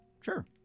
Sure